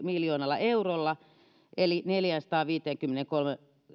miljoonalla eurolla eli neljäänsataanviiteenkymmeneenkuuteen